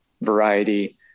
variety